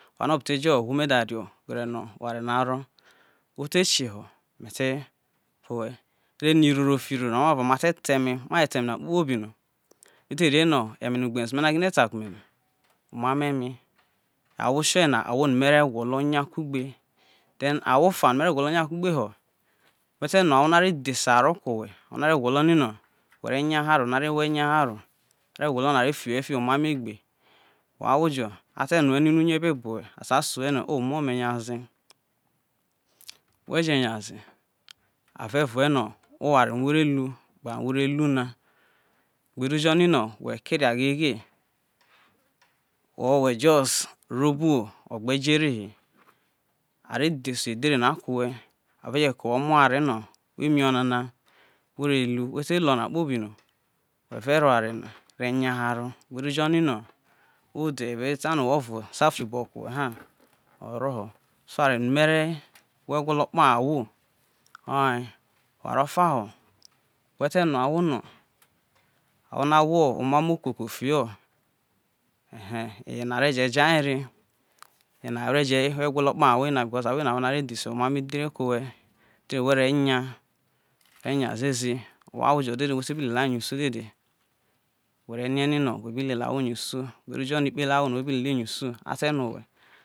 ona be te oware na ro ote je họ me te vo we re me ta eme maje ta eme na kpobi no eno eme no ugbesu me na gina ta kume na omamo eme ahivo ano mere gwolo nya ku gbe then ahwo fa on mere gwo nya kugbe. no ire dhese eware ko owho woho eyaharo no are wo eyaharo na ar fio we fiho oma mo egbe. we tu luo one ra kpo bi no we be te no owho. vo sa fi obi wo ko we ha oro so oware me mo egwolo kpo ho ahwo oye oware of a ho we te rue ahwo no awo ema mo okoko fiho ehe eye na va je ja re yena re je wo egwolo kpe ne awho ahwo yen ye ahwo ire dese emamo edhere ko we owo ahowo jo dede we te bi lele ai yusu dede bi lele ikpele